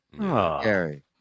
Gary